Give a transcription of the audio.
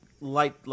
light